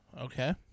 Okay